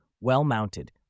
well-mounted